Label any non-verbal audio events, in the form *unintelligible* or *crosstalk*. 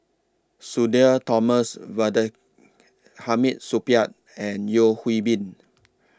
Sudhir Thomas *unintelligible* Hamid Supaat and Yeo Hwee Bin